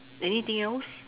anything else